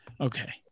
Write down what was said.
Okay